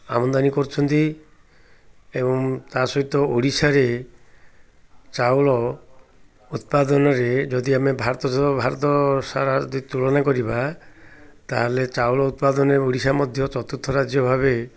ଆମଦାନୀ କରୁଛନ୍ତି ଏବଂ ତା' ସହିତ ଓଡ଼ିଶାରେ ଚାଉଳ ଉତ୍ପାଦନରେ ଯଦି ଆମେ ଭତ ଭାରତ ସାରା ଯଦି ତୁଳନା କରିବା ତାହେଲେ ଚାଉଳ ଉତ୍ପାଦନରେ ଓଡ଼ିଶା ମଧ୍ୟ ଚତୁର୍ଥ ରାଜ୍ୟ ଭାବେ